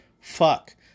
Fuck